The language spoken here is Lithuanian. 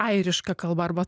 airiška kalba arba